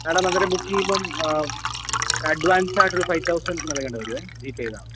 madam അന്നേരം book ചെയ്യുമ്പോൾ advance ആയിട്ടൊരു ഫൈവ് തൗസൻഡ് നൽകേണ്ടി വരുവേ ജിപേ ചെയ്താൽ മതി